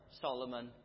Solomon